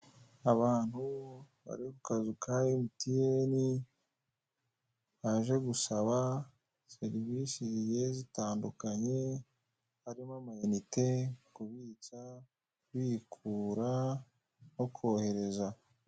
Abantu bari ku kazu ka emutiyeni, baje gusaba serivisi zigiye zitandukanye, harimo amayinite, kubitsa, kubikura, no kohereza.